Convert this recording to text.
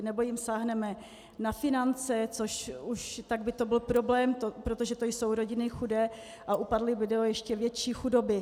Nebo jim sáhneme na finance, což už by byl problém, protože to jsou rodiny chudé a upadly by do ještě větší chudoby.